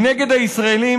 היא נגד הישראלים,